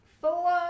Four